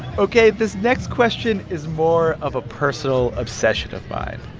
ok. this next question is more of a personal obsession of mine.